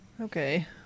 Okay